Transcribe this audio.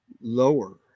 Lower